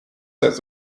has